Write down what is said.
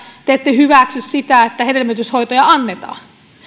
te ette hyväksy sitä että hedelmöityshoitoja annetaan